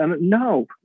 No